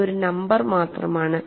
ഇത് ഒരു നമ്പർ മാത്രമാണ്